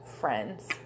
friends